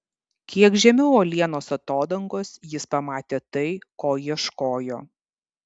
kiek žemiau uolienos atodangos jis pamatė tai ko ieškojo